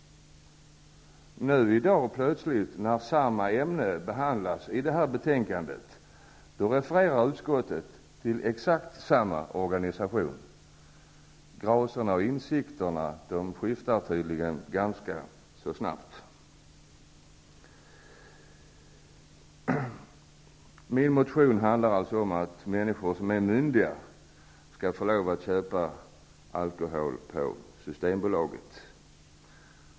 I dag, när samma ämne behandlas i detta betänkande, refererar utskottet plötsligt till exakt samma organisation. Gracerna och insikterna skiftar tydligen ganska snabbt. Min motion handlar alltså om att människor som är myndiga skall få köpa alkohol på Systembolaget.